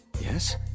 Yes